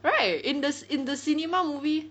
right in the in the cinema movie